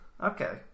Okay